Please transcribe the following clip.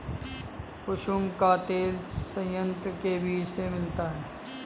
कुसुम का तेल संयंत्र के बीज से मिलता है